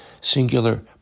singular